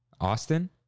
Austin